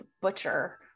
butcher